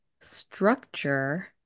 structure